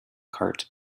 cart